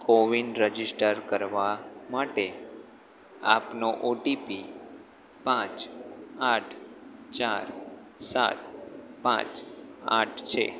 CoWIN register કરવા માટે આપનો ઓટીપી પાંચ આઠ ચાર સાત પાંચ આઠ છે